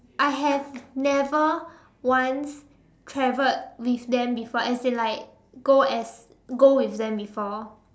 I have never once travelled with them before as in like go as go with them before